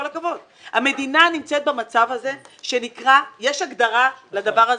המדינה נמצאת במצב הזה ויש הגדרה לדבר הזה,